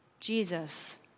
Jesus